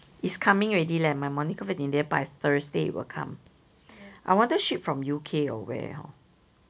it's coming already leh my Monica Vinader by thursday it will come I wonder ship from U_K or where hor